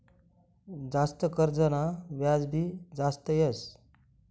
जास्त कर्जना व्याज भी जास्त येस